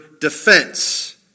defense